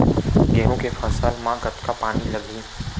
गेहूं के फसल म कतका पानी लगही?